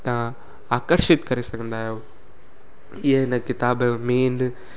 तव्हां आकर्षित करे सघंदा आहियो इह इन किताबु जो मेन